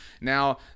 now